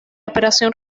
operación